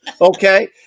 Okay